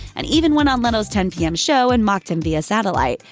and even went on leno's ten p m. show and mocked him via satellite.